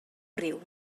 riu